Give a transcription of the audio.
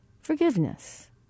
Forgiveness